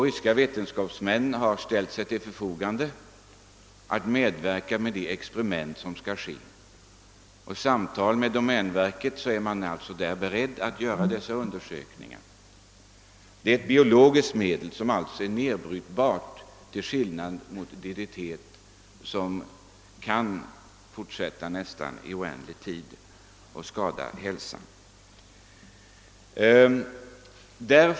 Ryska vetenskapsmän har ställt sig till förfogande för att medverka vid de experiment som skall ske, och på domänverket är man beredd att företa dessa undersökningar. Det är till skillnad från DDT ett biologiskt medel som alltså bryts ned; DDT kan i nästan oändlig tid utgöra en hälsorisk.